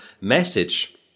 message